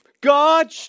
God